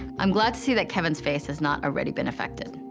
i'm glad to see that kevin's face has not already been affected.